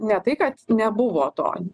ne tai kad nebuvo to